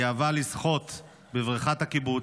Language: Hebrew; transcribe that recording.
היא אהבה לשחות בבריכת הקיבוץ,